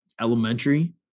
elementary